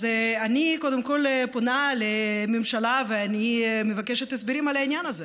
אז קודם כול אני פונה לממשלה ואני מבקשת הסברים על העניין הזה.